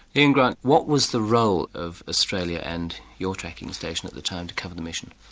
ian grant, what was the role of australia and your tracking station at the time to cover the mission?